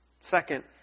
Second